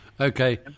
Okay